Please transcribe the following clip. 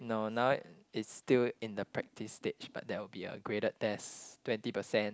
no now it's still in the practice stage but there will be a graded test twenty percent